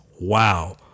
wow